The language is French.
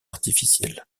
artificiels